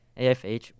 AFH